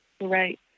Right